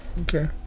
okay